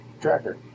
Tracker